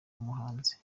umuhanzi